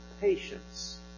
patience